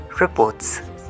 reports